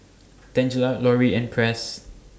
Tangela Lorie and Press